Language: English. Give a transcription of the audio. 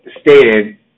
stated